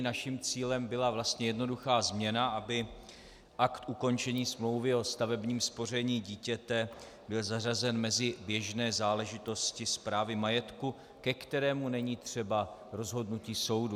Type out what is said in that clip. Naším cílem byla jednoduchá změna, aby akt ukončení smlouvy o stavebním spoření dítěte byl zařazen mezi běžné záležitosti správy majetku, ke kterému není třeba rozhodnutí soudu.